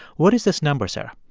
what is this number, sarah?